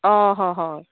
अ ह हय